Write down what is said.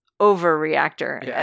overreactor